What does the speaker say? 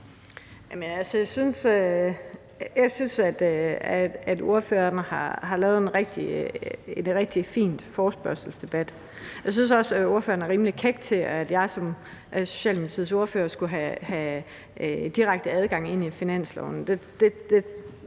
for forespørgerne har indkaldt til en rigtig fin forespørgselsdebat. Jeg synes også, at ordføreren er rimelig kæk, i forhold til at jeg som Socialdemokratiets ordfører skulle have direkte adgang til finansloven.